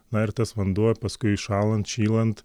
na ir tas vanduo paskui šąlant šylant